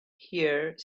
here